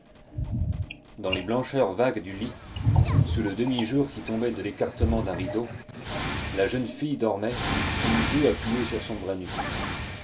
dans les blancheurs vagues du lit sous le demi-jour qui tombait de l'écartement d'un rideau la jeune fille dormait une joue appuyée sur son bras nu